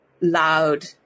loud